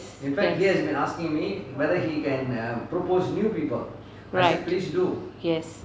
yes right yes